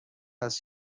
است